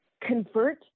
convert